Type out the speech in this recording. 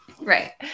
Right